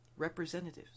Representatives